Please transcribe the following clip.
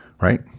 right